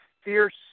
fierce